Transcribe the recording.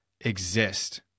exist